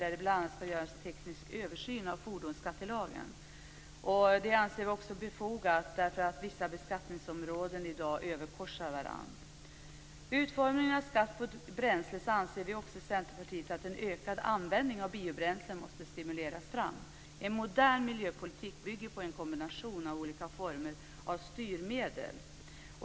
Det skall bl.a. göras en teknisk översyn av fordonsskattelagen. Det anser vi befogat, därför att vissa beskattningsområden i dag överkorsar varandra. Vid utformningen av skatt på bränsle anser vi i Centerpartiet också att en ökad användning av biobränslen måste stimuleras. En modern miljöpolitik bygger på en kombination av olika former av styrmedel.